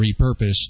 repurposed